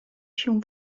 się